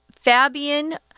Fabian